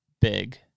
big